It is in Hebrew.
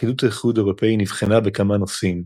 לכידות האיחוד האירופי נבחנה בכמה נושאים,